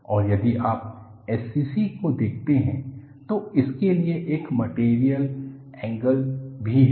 और यदि आप SCC को देखते हैं तो इसके लिए एक मटेरियल ऐंगल भी है